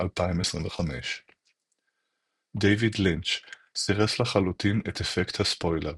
2025 דיויד לינץ' | "סירס לחלוטין את אפקט הספוילר",